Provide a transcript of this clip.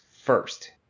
first